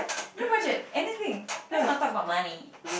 no budget anything let's not talk about money